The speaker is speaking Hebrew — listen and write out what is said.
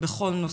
בכל נושא.